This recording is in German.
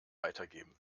weitergeben